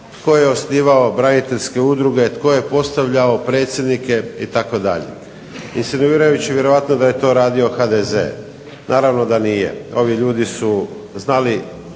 tko je osnivao braniteljske udruge, tko je postavljao predsjednike itd., insinuirajući vjerojatno da je to radio HDZ. Naravno da nije. Ovi ljudi su znali